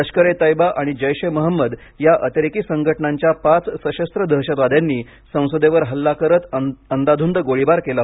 लष्कर ए तैयबा आणि जैश ए महमद या अतिरेकी संघटनांच्या पाच सशस्त्र दहशतवाद्यांनी संसदेवर हल्ला करत अंदाधुंद गोळीबार केला